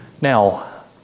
Now